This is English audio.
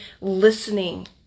listening